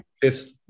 fifth